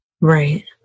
Right